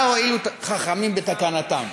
מה הועילו חכמים בתקנתם?